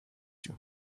you